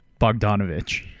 Bogdanovich